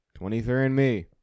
23andMe